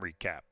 Recap